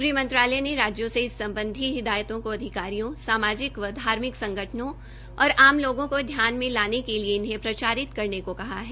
गृह मंत्रालय ने राज्यों से इस संबंधित हिदायतों को अधिकारियों सामाजिक और धार्मिक संगठनों व आम नागरिकों के ध्यान में लाने के लिए इन्हें प्रचारित करने के लिए भी कहा है